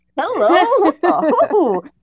Hello